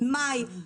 מאי,